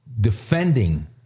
defending